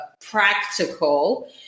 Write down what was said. practical